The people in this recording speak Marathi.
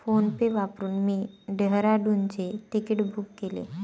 फोनपे वापरून मी डेहराडूनचे तिकीट बुक केले